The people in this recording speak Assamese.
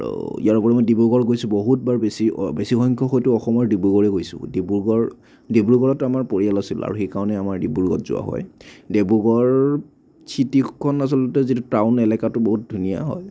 আৰু ইয়াৰ উপৰিও মই ডিব্ৰুগড় গৈছোঁ বহুতবাৰ বেছি বেছি সংখ্যক হয়তো অসমৰ ডিব্ৰুগড়েই গৈছোঁ ডিব্ৰুগড় ডিব্ৰুগড়ত আমাৰ পৰিয়াল আছিল আৰু সেইকাৰণে আমাৰ ডিব্ৰুগড়ত যোৱা হয় ডিব্ৰুগড় চিটিখন আচলতে যিটো টাউন এলেকাটো বহুত ধুনীয়া হয়